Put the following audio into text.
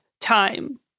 time